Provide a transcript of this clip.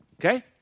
okay